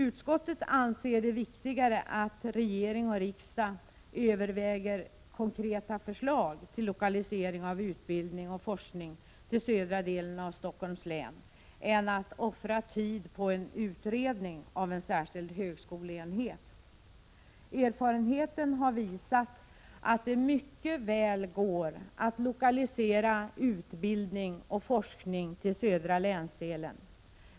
Utskottet anser det viktigare att regering och riksdag överväger konkreta förslag till lokalisering av utbildning och forskning till södra delen av Stockholms län än att man offrar tid på utredning av en särskild högskoleenhet. Erfarenheten har visat att det mycket väl går att lokalisera utbildning och forskning till södra länsdelen.